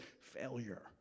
failure